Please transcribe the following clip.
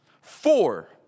Four